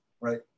right